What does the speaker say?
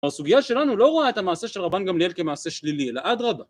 הסוגיה שלנו לא רואה את המעשה של רבן גמליאל כמעשה שלילי, אלא אדרבא